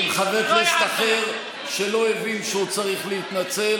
כנסת אחר שלא הבין שהוא צריך להתנצל,